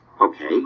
okay